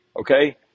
okay